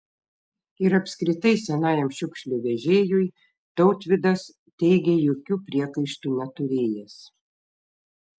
ir apskritai senajam šiukšlių vežėjui tautvydas teigė jokių priekaištų neturėjęs